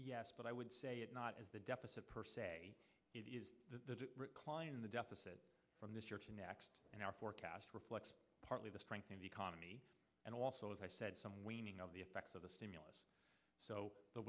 yes but i would say it's not as the deficit per se it is the recline the deficit from this year to next in our forecast reflects partly the strength of the economy and also as i said some waning of the effects of the stimulus so the